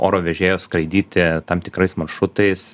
oro vežėjo skraidyti tam tikrais maršrutais